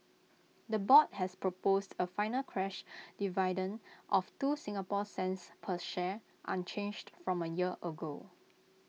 the board has proposed A final crash dividend of two Singapore cents per share unchanged from A year ago